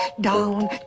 down